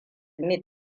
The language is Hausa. da